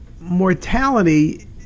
mortality